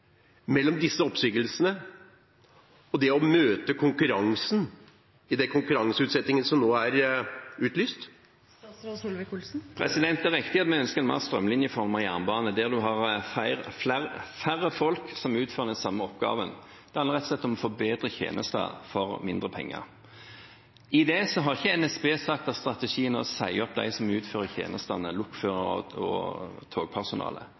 mellom disse oppsigelsene og det å møte konkurransen – i den konkurranseutsettingen som nå er utlyst? Det er riktig at vi ønsker en mer strømlinjeformet jernbane, der en har færre folk som utfører den samme oppgaven. Det handler rett og slett om å få bedre tjenester for mindre penger. I det har ikke NSB sagt at strategien er å si opp dem som utfører tjenestene – lokførere og togpersonale.